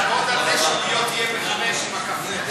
תעמוד על זה שלא תהיה בחמש עם הקבינט.